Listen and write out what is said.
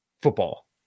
football